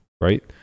Right